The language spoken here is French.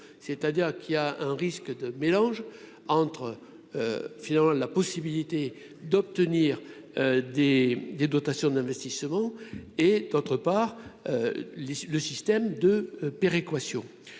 c'est-à-dire qu'il y a un risque de mélange entre finalement la possibilité d'obtenir des des dotations d'investissement et d'autre part, le système de péréquation,